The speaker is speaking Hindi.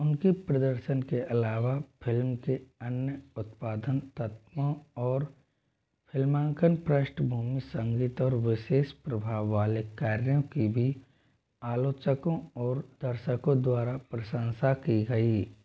उनके प्रदर्शन के अलावा फिल्म के अन्य उत्पादन तत्वों और फिल्मांकन प्रष्ठभूमि संगीत और विशेष प्रभाव वाले कार्यों की भी आलोचकों और दर्शकों द्वारा प्रशंसा की गई